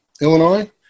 Illinois